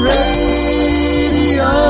Radio